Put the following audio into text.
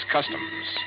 Customs